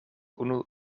unu